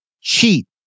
cheat